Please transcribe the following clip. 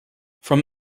from